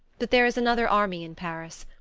but there is another army in paris.